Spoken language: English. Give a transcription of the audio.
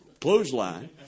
clothesline